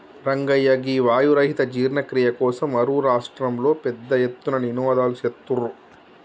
రంగయ్య గీ వాయు రహిత జీర్ణ క్రియ కోసం అరువు రాష్ట్రంలో పెద్ద ఎత్తున నినాదలు సేత్తుర్రు